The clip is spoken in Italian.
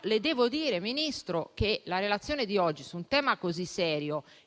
Le devo dire però, Ministro, che la relazione di oggi su un tema così serio,